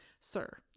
Sir